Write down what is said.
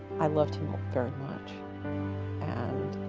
i loved him very much and